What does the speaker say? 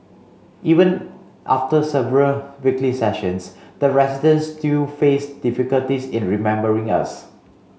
even after several weekly sessions the residents still faced difficulties in remembering us